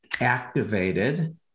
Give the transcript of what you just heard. activated